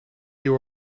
you